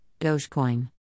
Dogecoin